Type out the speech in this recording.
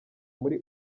muri